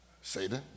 Satan